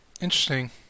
Interesting